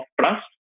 trust